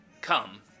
come